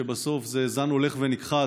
שבסוף זה זן הולך ונכחד,